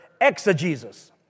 exegesis